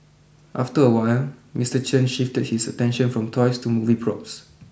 after a while Mister Chen shifted his attention from toys to movie props